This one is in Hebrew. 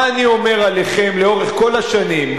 מה אני אומר עליכם לאורך כל השנים,